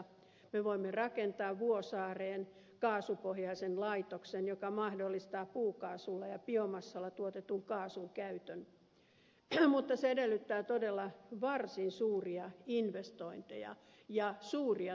me voimme rakentaa vuosaareen kaasupohjaisen laitoksen joka mahdollistaa puukaasulla ja biomassalla tuotetun kaasun käytön mutta se edellyttää todella varsin suuria investointeja ja suuria tukijärjestelmiä